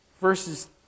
verses